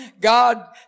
God